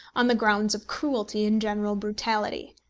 on the grounds of cruelty and general brutality.